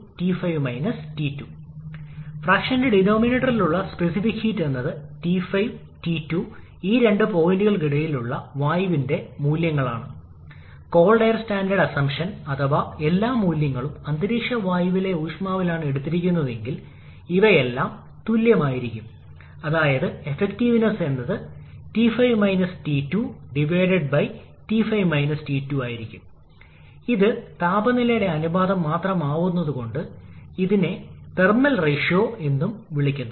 അതിനാൽ ചൂട് കൂട്ടിച്ചേർക്കൽ പ്രക്രിയയിൽ നിർദ്ദിഷ്ട താപത്തിന്റെ വ്യാപ്തിയെക്കുറിച്ച് നമ്മൾക്ക് എന്തെങ്കിലും ധാരണയുണ്ടെങ്കിൽ ചൂട് കൂട്ടിച്ചേർക്കലിനിടെ ചേർത്ത താപത്തിന്റെ അളവ് നിങ്ങൾക്ക് കണക്കാക്കാം തുടർന്ന് നിങ്ങൾക്ക് കാര്യക്ഷമതയും ലഭിക്കും